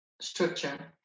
structure